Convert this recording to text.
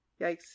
Yikes